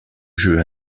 jeu